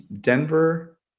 Denver